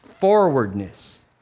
Forwardness